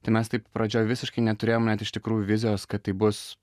tai mes taip pradžioj visiškai neturėjom net iš tikrųjų vizijos kad tai bus